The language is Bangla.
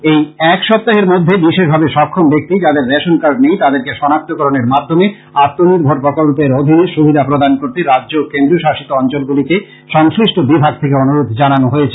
এই এক সপ্তাহের মধ্যে বিশেষভাবে সক্ষম ব্যাক্তি যাদের রেশন কার্ড নেই তাদেরকে শনাক্তকরণের মাধ্যমে আত্ম নির্ভর প্রকল্পের অধীনে সুবিধা প্রদান করতে রাজ্য ও কেন্দ্রীয় শাসিত অঞ্চলগুলিকে সংশ্লিষ বিভাগ থেকে অনুরোধ জানানো হয়েছে